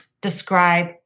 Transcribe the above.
describe